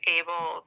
able